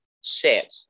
set